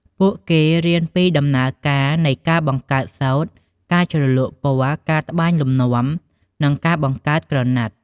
ពួកគេរៀនពីដំណើរការនៃ ការបង្កើតសូត្រ ការជ្រលក់ពណ៌ ការត្បាញលំនាំ និងការបង្កើតក្រណាត់។